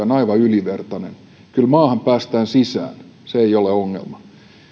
on aivan ylivertainen ja kyllä maahan päästään sisään se ei ole ongelma